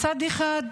מצד אחד,